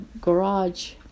garage